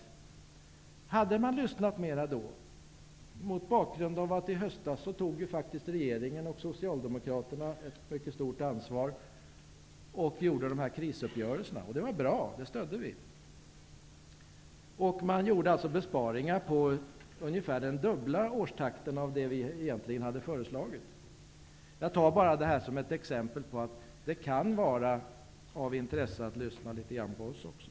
Att man borde ha lyssnat mera då framgår av att i höstas tog regeringen och Socialdemokraterna ett mycket stort ansvar och gjorde krisuppgörelserna. Det var bra. Det stödde vi. Man gjorde besparingar på ungefär den dubbla årstakten av det vi egentligen hade föreslagit. Jag tar det som ett exempel på att det kan vara av intresse att lyssna litet grand på oss också.